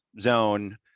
zone